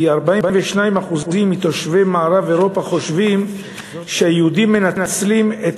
42% מתושבי מערב-אירופה חושבים שהיהודים מנצלים את